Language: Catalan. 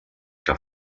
que